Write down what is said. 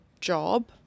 job